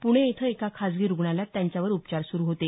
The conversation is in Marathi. पुणे इथं एका खाजगी रूग्णालयात त्यांच्यावर उपचार सुरू होते